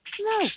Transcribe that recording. No